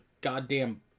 goddamn